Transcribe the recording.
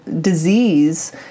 disease